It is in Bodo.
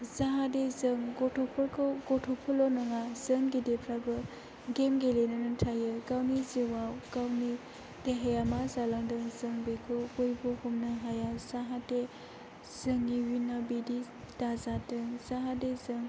जाहाथे जों गथ'फोरखौ गथ'फोरल' नङा जों गिदिरफ्राबो गेम गेलेनानै थायो गावनि जिउआव गावनि देहाया मा जालांदों जों बेखौ बयबो हमनो हाया जाहाथे जोंनि इयुनाव बिदि दाजाथों जाहाथे जों